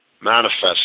Manifest